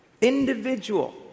Individual